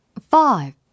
Five